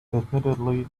admittedly